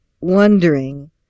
wondering